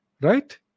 Right